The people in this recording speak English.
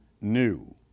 new